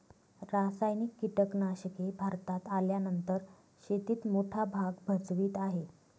रासायनिक कीटनाशके भारतात आल्यानंतर शेतीत मोठा भाग भजवीत आहे